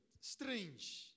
Strange